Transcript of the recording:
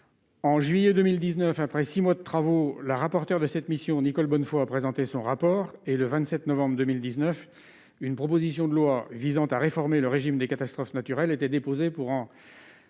de juillet 2019, après six mois de travaux, la rapporteure de cette mission, Nicole Bonnefoy, avait présenté son rapport. Le 27 novembre 2019, une proposition de loi visant à réformer le régime des catastrophes naturelles était déposée pour en